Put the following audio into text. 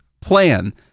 plan